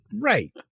Right